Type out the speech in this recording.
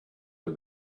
her